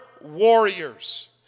warriors